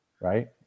right